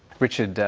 richard,